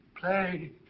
Play